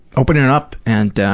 opening up and